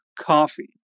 coffee